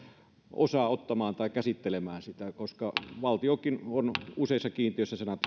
osaa ottamaan tai käsittelemään sitä koska valtiokin on useissa kiinteistöissä